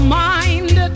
mind